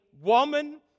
woman